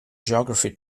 geography